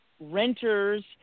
renters –